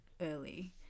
early